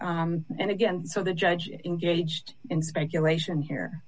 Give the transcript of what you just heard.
and again so the judge engaged in speculation here